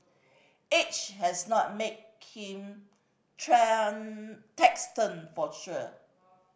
age has not made him taciturn for sure